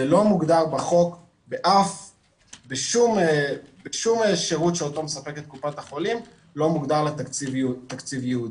ולא מוגדר בחוק בשום שירות שאותו מספקת קופת החולים תקציב ייעודי,